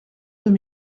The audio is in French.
deux